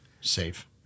Safe